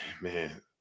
man